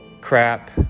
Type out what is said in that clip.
crap